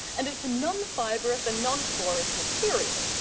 and it's non-fibrous and non-porous material.